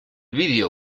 vídeo